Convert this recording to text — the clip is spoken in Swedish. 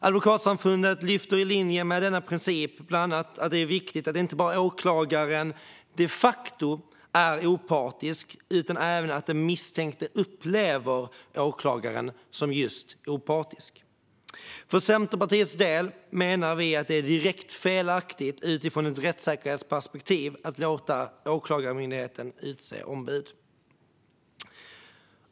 Advokatsamfundet lyfter i linje med denna princip bland annat fram att det är viktigt inte bara att åklagaren de facto är opartisk utan även att den misstänkte upplever åklagaren som just opartisk. För Centerpartiets del menar vi att det är direkt felaktigt utifrån ett rättssäkerhetsperspektiv att låta Åklagarmyndigheten utse ombud.